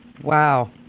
Wow